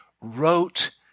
wrote